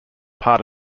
part